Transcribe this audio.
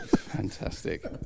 Fantastic